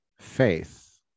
faith